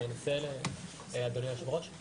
מחלקת ייעוץ וחקיקה במשרד המשפטים,